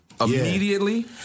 immediately